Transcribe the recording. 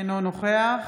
אינו נוכח